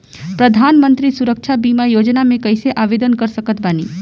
प्रधानमंत्री सुरक्षा बीमा योजना मे कैसे आवेदन कर सकत बानी?